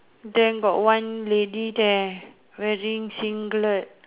then got one lady there wearing singlet